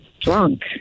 drunk